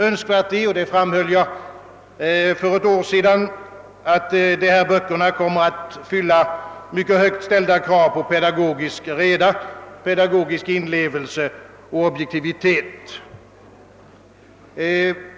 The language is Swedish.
Önskvärt är — och det framhöll jag även för år sedan — att dessa böcker kommer att fylla mycket högt ställda krav på pedagogisk reda, pedagogisk inlevelse och objektivitet.